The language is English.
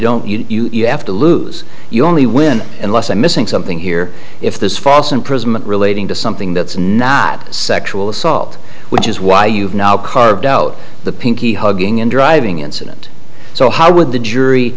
assault you don't you'd have to lose your only win unless i'm missing something here if this false imprisonment relating to something that's not sexual assault which is why you've now carved out the pinky hugging and driving incident so how would the jury